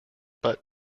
but